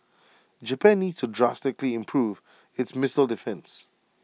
Japan needs to drastically improve its missile defence